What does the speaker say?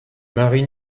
marie